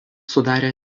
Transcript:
sudarė